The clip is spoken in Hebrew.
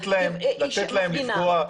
זה לשיטתך.